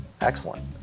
excellent